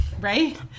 Right